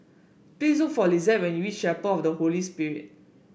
please look for Lisette when you reach Chapel of the Holy Spirit